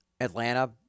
Atlanta